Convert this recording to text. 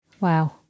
Wow